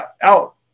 out